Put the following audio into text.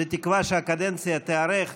בתקווה שהקדנציה תיארך,